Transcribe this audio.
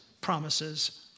promises